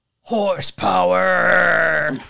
Horsepower